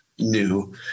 new